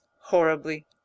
horribly